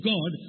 God